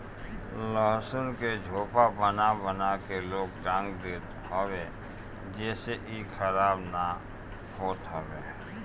लहसुन के झोपा बना बना के लोग टांग देत हवे जेसे इ खराब ना होत हवे